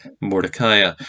mordecai